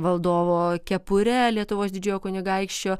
valdovo kepure lietuvos didžiojo kunigaikščio